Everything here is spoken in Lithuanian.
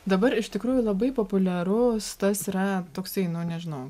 dabar iš tikrųjų labai populiarus tas yra toksai nu nežinau